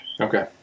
Okay